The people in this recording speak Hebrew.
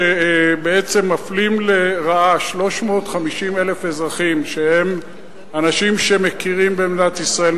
שבעצם מפלים לרעה 350,000 אזרחים שהם אנשים שמכירים במדינת ישראל,